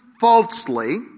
falsely